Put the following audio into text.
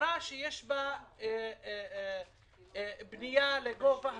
לחברה שיש בה בנייה לגובה.